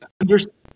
understand